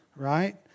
right